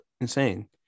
insane